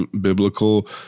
biblical